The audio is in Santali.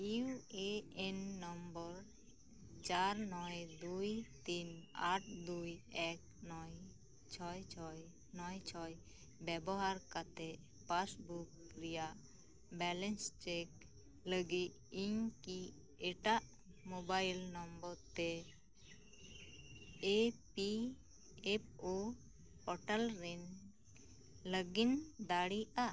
ᱤᱭᱩ ᱮ ᱮᱱ ᱱᱚᱢᱵᱚᱨ ᱪᱟᱨ ᱱᱚᱭ ᱫᱩᱭ ᱛᱤᱱ ᱟᱴ ᱫᱩᱭ ᱮᱠ ᱱᱚᱭ ᱪᱷᱚᱭ ᱪᱷᱚᱭ ᱱᱚᱭ ᱪᱷᱚᱭ ᱵᱮᱵᱚᱦᱟᱨ ᱠᱟᱛᱮᱫ ᱯᱟᱥᱵᱩᱠ ᱨᱮᱭᱟᱜ ᱵᱮᱞᱮᱱᱥ ᱪᱮᱠ ᱞᱟᱹᱜᱤᱫ ᱤᱧ ᱠᱤ ᱮᱴᱟᱜ ᱢᱳᱵᱟᱭᱤᱞ ᱛᱮ E P F O portal ᱨᱮᱧ ᱞᱚᱜᱤᱱ ᱫᱟᱲᱮᱭᱟᱜᱼᱟ